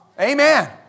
Amen